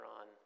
on